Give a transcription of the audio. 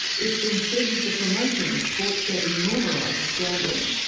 it's been said that the promotion of sports betting normalises gambling.